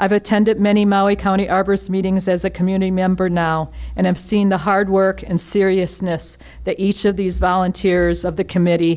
i've attended many maui county arborist meetings as a community member now and have seen the hard work and seriousness that each of these volunteers of the committee